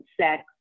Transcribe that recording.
sex